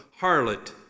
harlot